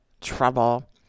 Trouble